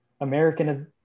American